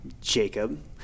Jacob